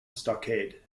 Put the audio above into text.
stockade